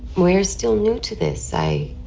we're still new to this. i